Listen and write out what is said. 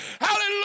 Hallelujah